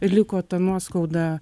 liko ta nuoskauda